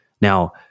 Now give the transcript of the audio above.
Now